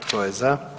Tko je za?